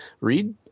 read –